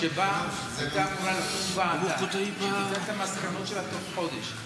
שבה הייתה אמורה לקום ועדה שתיתן את המסקנות שלה תוך חודש,